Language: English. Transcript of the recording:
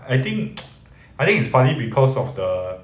I think I think it's funny because of the